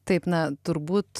taip na turbūt